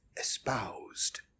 espoused